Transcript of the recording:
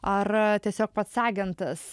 ar tiesiog pats agentas